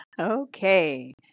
Okay